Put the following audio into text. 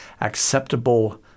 Acceptable